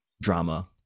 drama